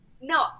no